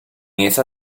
esa